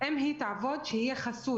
אם היא תעבוד, שזה יהיה חסוי.